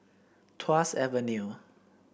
Tuas Avenue